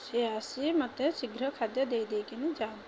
ସେ ଆସି ମୋତେ ଶୀଘ୍ର ଖାଦ୍ୟ ଦେଇଦେଇକିନା ଯାଆନ୍ତୁ